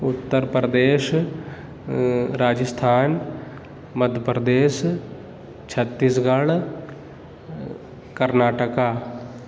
Uttar Pradesh Rajasthan Madhya Pradesh Chhattisgarh Karnataka